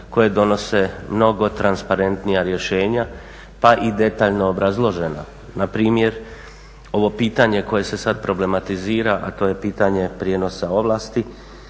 koje donose mnogo transparentnija rješenja pa i detaljno obrazložena, npr. ovo pitanje koje se sada problematizira a to je pitanje prijenosa ovlasti,